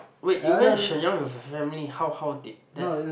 wait you went to Shenyang with your family how how did that